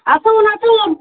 আসুন আসুন